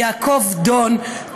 יעקב דון,